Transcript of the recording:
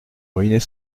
ruiner